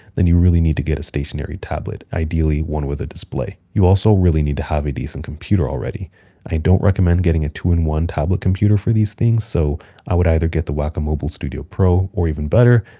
then you really need to get a stationary tablet, ideally one with a display. you also really need to have a decent computer already, and i don't recommend getting a two in one tablet computer for these things, so i would either get the wacom mobile studio pro or even better,